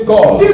God